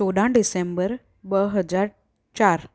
चोॾहं डिसेंबर ॿ हज़ार चारि